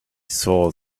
saw